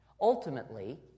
Ultimately